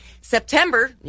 September